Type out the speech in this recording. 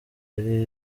ari